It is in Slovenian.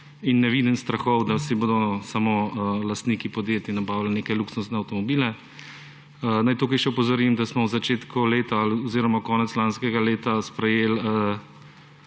in ne vidim strahov, da si bodo samo lastniki podjetij nabavljali neke luksuzne avtomobile. Naj tu še opozorim, da smo v začetku leta oziroma konec lanskega leta sprejeli